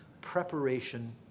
preparation